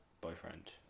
boyfriend